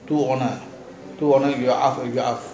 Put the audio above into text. two owner